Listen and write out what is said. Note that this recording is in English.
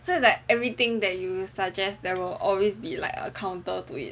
so is like everything that you suggest there will always be like a counter to it